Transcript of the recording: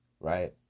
Right